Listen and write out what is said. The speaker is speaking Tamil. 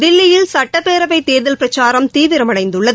தில்லியில் சட்டப்பேரவை தேர்தல் பிரச்சாரம் தீவிரம் அடைந்துள்ளது